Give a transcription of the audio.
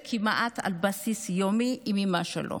כמעט על בסיס יומי אני מדברת עם אימא שלו.